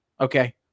Okay